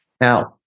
Now